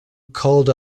called